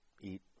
eat